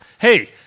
Hey